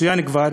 צוין כבר,